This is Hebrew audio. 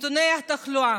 בנתוני התחלואה,